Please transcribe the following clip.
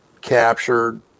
captured